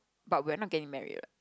but we are not getting married what